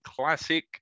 Classic